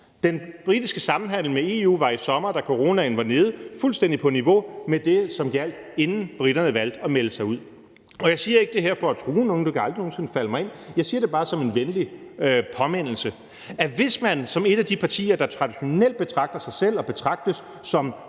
Den britiske samhandel med EU var i sommer, da coronaen var nede, fuldstændig på niveau med det, som gjaldt, inden briterne valgte at melde sig ud. Jeg siger ikke det her for at true nogen – det kunne aldrig nogen sinde falde mig ind – jeg siger det bare som en venlig påmindelse: Hvis man som et af de partier, der traditionelt betragter sig selv og betragtes som